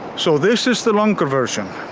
so this is the longer version.